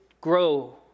grow